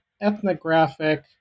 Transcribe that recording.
ethnographic